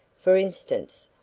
for instance,